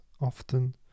often